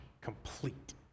complete